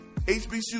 hbcu